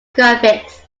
graphics